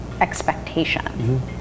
expectation